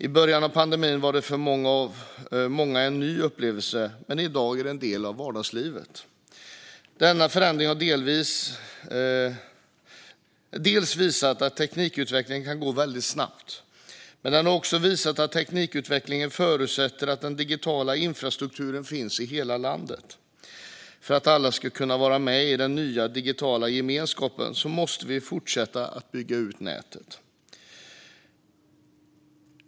I början av pandemin var detta för många en ny upplevelse, men i dag är det en del av vardagslivet. Denna förändring har visat att teknikutveckling kan gå väldigt snabbt, men den har också visat att teknikutveckling förutsätter att den digitala infrastrukturen finns i hela landet. För att alla ska kunna vara med i den nya digitala gemenskapen måste vi fortsätta att bygga ut nätet.